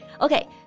Okay